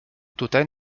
tutaj